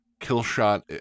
Killshot